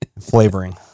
flavoring